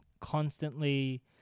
constantly